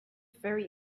very